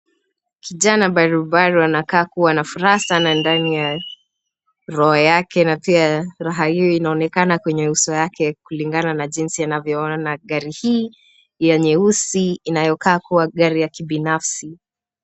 Kijana barubaru anakaa kuwa na furaha sana ndani ya roho yake na pia furaha hiyo inaonekana kwenye uso yake kulingana na jinsi anavyoona gari hii ya nyeusi inayokaa kuwa gari ya kibinafsi.